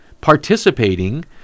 participating